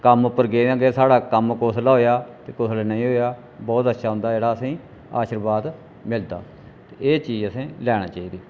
कम्म उप्पर गेदे कि साढ़ा कम्म कुसलै होएआ ते कुसलै नेईं होएआ बहुत अच्छा उं'दा जेह्ड़ा असें गी शीर्वाद मिलदा ते एह् चीज असें गी लैना चाहिदी